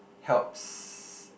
helps